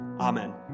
Amen